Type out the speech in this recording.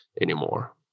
anymore